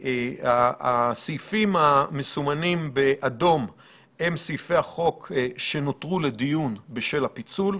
הסעיפים המסומנים באדום הם סעיפי החוק שנותרו לדיון בשל הפיצול.